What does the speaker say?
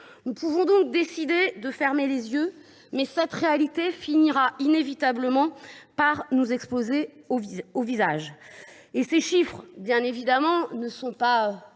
Nous pouvons décider de fermer les yeux, mais cette réalité finira inévitablement par nous exploser au visage ! Ces chiffres ne sont pas